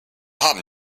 haben